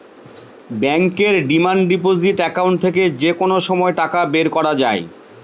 ব্যাঙ্কের demand deposit account থেকে যে কোনো সময় টাকা বের করা যায়